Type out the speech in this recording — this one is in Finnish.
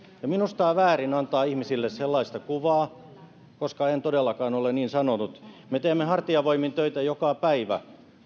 minusta on väärin antaa ihmisille sellaista kuvaa koska en todellakaan ole niin sanonut me teemme hartiavoimin töitä joka päivä